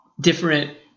different